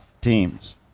teams